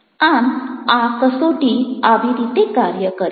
આમ આ કસોટી આવી રીતે કાર્ય કરે છે